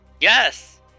Yes